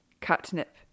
catnip